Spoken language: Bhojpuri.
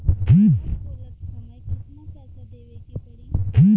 खाता खोलत समय कितना पैसा देवे के पड़ी?